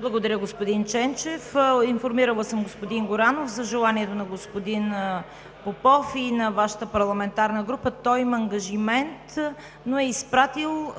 Благодаря, господин Ченчев. Информирала съм господин Горанов за желанието на господин Попов и на Вашата парламентарна група. Той има ангажимент, но е изпратил